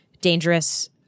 dangerous